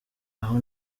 aho